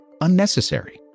unnecessary